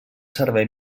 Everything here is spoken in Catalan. servei